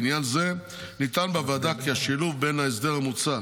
בעניין זה נטען בוועדה כי השילוב בין ההסדר המוצע,